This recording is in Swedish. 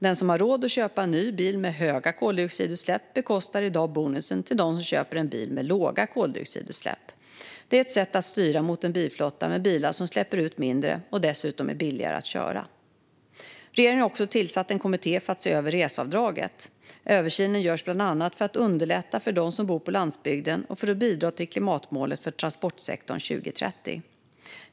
De som har råd att köpa en ny bil med höga koldioxidutsläpp bekostar i dag bonusen till dem som köper en bil med låga koldioxidutsläpp. Detta är ett sätt att styra mot en bilflotta med bilar som släpper ut mindre och dessutom är billigare att köra. Regeringen har också tillsatt en kommitté för att se över reseavdraget. Översynen görs bland annat för att underlätta för dem som bor på landsbygden och för att bidra till klimatmålet för transportsektorn 2030.